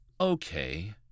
okay